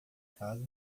casa